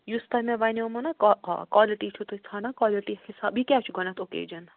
یُس تۄہہِ مےٚ وَنٮ۪ومَو نا کاکا کالٹی چھُو تُہۍ ژھانٛڈان کالٹی حِساب یہِ کیٛاہ چھُ گۄڈٕنٮ۪تھ اوکیجَن